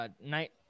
Night